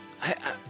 I-